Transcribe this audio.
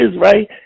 right